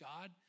God